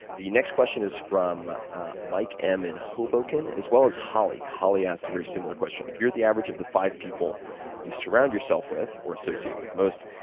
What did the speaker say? the next question is from mike m. in hoboken, as well as holly. holly asked a very similar question. if you're the average of the five people you surround yourself with, or associate with most,